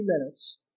minutes